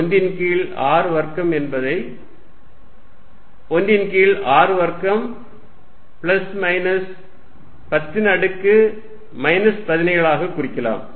1 ன் கீழ் r வர்க்கம் என்பதை 1 ன் கீழ் r வர்க்கம் பிளஸ் மைனஸ் 10 அடுக்கு மைனஸ் 17 ஆக குறிக்கலாம்